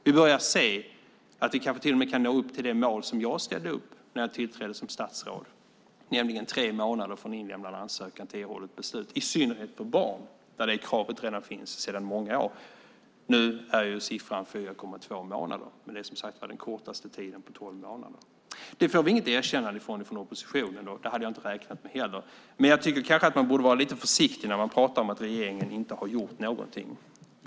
Vi börjar se att vi kanske till och med kan nå upp till det mål som jag ställde upp när jag tillträdde som statsråd, nämligen tre månader från inlämnad ansökan till erhållet beslut. Det gäller i synnerhet för barn, där det kravet redan finns sedan många år. Nu är siffran 4,2 månader, men det är som sagt den kortaste tiden på tolv år. Det får vi inget erkännande för från oppositionen, och det hade jag inte räknat med heller. Men jag tycker att man kanske borde vara lite försiktig när man pratar om att regeringen inte har gjort någonting.